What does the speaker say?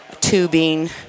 tubing